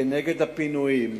כנגד הפינויים.